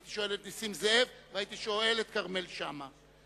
הייתי שואל את נסים זאב והייתי שואל את כרמל שאמה.